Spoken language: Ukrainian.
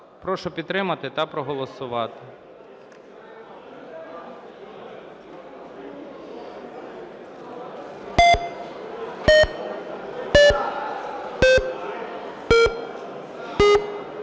прошу підтримати та проголосувати.